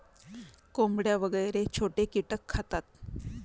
कोंबड्या वगैरे छोटे कीटक खातात